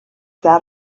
that